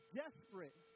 desperate